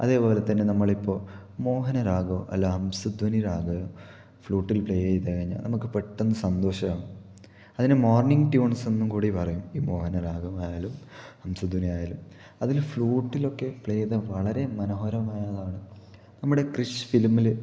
അതേപോലെതന്നെ നമ്മളിപ്പോൾ മോഹനരാഗവോ അല്ല ഹംസധ്വനി രാഗവോ ഫ്ലൂട്ടില് പ്ലേ ചെയ്തു കഴിഞ്ഞാൽ നമുക്ക് പെട്ടന്ന് സന്തോഷമാകും അതിന് മോർണിങ് ട്യൂൺസ് എന്ന് കൂടി പറയും ഈ മോഹനരാഗം ആയാലും ഹംസധ്വനി ആയാലും അതിനെ ഫ്ലൂട്ടിലൊക്കെ പ്ലേ ചെയ്താൽ വളരെ മനോഹരമായതാണ് നമ്മുടെ കൃഷ് ഫിലിമില്